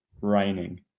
raining